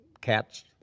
cat's